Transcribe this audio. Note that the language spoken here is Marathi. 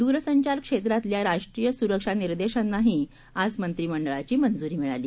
दूरसंचारक्षेत्रातल्याराष्ट्रीयसुरक्षानिर्देशांनाहीआजमंत्रिमंडळाचीमंजुरीमिळाली